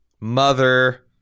mother